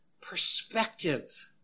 perspective